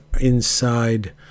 inside